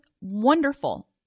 wonderful